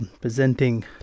presenting